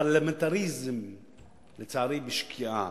לצערי הפרלמנטריזם בשקיעה,